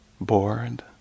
bored